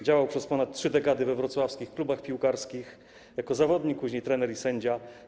Działał przez ponad trzy dekady we wrocławskich klubach piłkarskich jako zawodnik, później trener i sędzia.